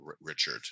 Richard